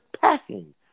packing